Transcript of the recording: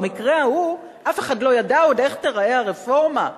במקרה ההוא אף אחד לא ידע עוד איך תיראה הרפורמה,